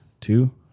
two